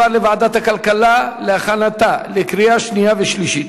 לוועדת הכלכלה להכנתה לקריאה שנייה ושלישית.